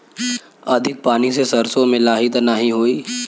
अधिक पानी से सरसो मे लाही त नाही होई?